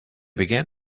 began